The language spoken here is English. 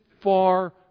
far